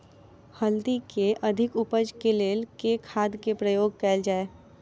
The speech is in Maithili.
हल्दी केँ अधिक उपज केँ लेल केँ खाद केँ प्रयोग कैल जाय?